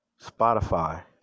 Spotify